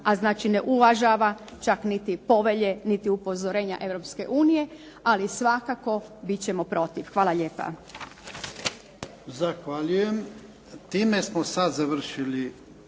a znači ne uvažava čak niti povelje niti upozorenja Europske unije, ali svakako bit ćemo protiv. Hvala lijepa.